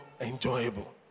enjoyable